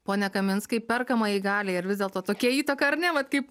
pone kaminskai perkamajai galiai ar vis dėlto tokia įtaka ar ne vat kaip